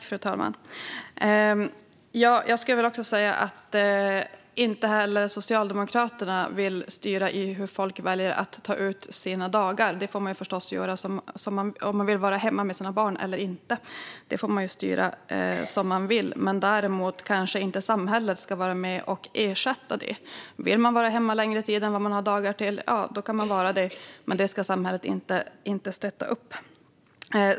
Fru talman! Inte heller Socialdemokraterna vill styra över hur föräldrar väljer att ta ut sina dagar. Om man vill vara hemma med sina barn eller inte får man styra som man vill. Däremot kanske inte samhället ska vara med och ersätta. Vill man vara hemma längre tid än föräldraledigheten kan man vara det, men det ska samhället inte stötta upp.